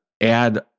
add